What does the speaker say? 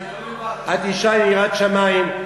את אישה יראת שמים.